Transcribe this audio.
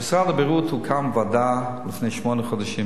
במשרד הבריאות הוקמה ועדה לפני כשמונה חודשים.